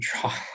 draw